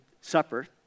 supper